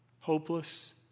hopeless